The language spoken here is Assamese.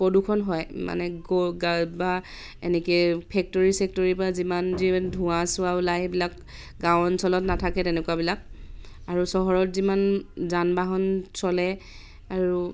প্ৰদূষণ হয় মানে গো গা বা এনেকৈ ফেক্টৰী চেক্টৰী পৰা যিমান যিমান ধোঁৱা চোৱা ওলায় সেইবিলাক গাঁও অঞ্চলত নাথাকে তেনেকুৱাবিলাক আৰু চহৰত যিমান যান বাহন চলে আৰু